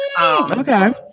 Okay